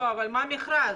מה המכרז?